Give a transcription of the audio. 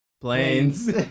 Planes